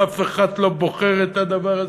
אף אחד לא בוחר את הדבר הזה.